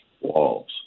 walls